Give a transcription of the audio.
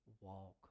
walk